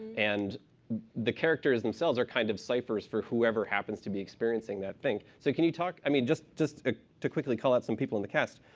and the characters themselves are kind of ciphers for whoever happens to be experiencing that thing. so can you talk i mean, just just ah to quickly call out some people in the cast.